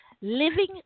living